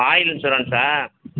oil இன்சூரன்ஸா